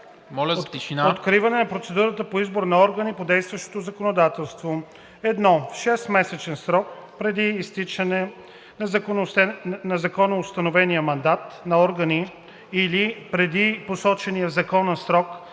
Откриване на процедурата по избор на органи по действащото законодателство 1. В 6-месечен срок преди изтичане на законоустановения мандат на органи или преди посочения в закона срок